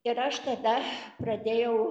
ir aš tada pradėjau